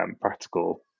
practical